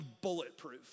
bulletproof